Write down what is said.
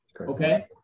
Okay